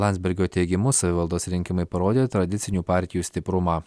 landsbergio teigimu savivaldos rinkimai parodė tradicinių partijų stiprumą